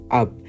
up